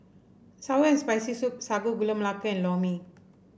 sour and Spicy Soup Sago Gula Melaka and Lor Mee